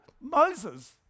Moses